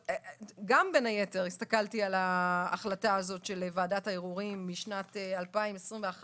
גם בין היתר הסתכלתי על ההחלטה הזאת של ועדת הערעורים מפברואר 2021